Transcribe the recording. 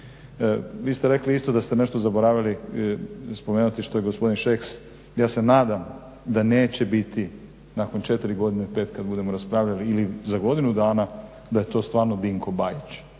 Vi ste rekli isto da ste nešto zaboravili spomenuti što je gospodin Šeks, ja se nadam da neće biti nakon 4 godine 5 kada budemo raspravljali ili za godinu dana da je to stvarno Dinko Bajić,